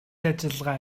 ажиллагаа